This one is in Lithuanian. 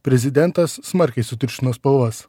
prezidentas smarkiai sutirštino spalvas